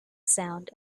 sound